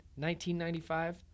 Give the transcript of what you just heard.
1995